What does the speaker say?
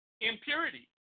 impurity